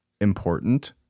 important